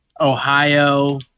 ohio